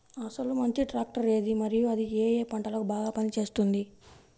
అసలు మంచి ట్రాక్టర్ ఏది మరియు అది ఏ ఏ పంటలకు బాగా పని చేస్తుంది?